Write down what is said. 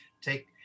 Take